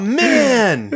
man